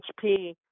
HP